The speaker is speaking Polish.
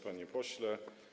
Panie Pośle!